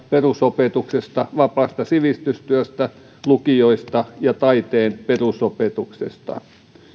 perusopetuksesta vapaasta sivistystyöstä lukioista ja taiteen perusopetuksesta